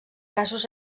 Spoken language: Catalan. casos